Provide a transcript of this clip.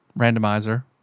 Randomizer